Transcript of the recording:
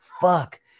fuck